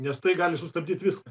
nes tai gali sustabdyt viską